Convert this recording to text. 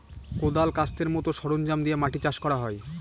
কোঁদাল, কাস্তের মতো সরঞ্জাম দিয়ে মাটি চাষ করা হয়